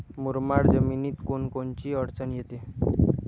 मुरमाड जमीनीत कोनकोनची अडचन येते?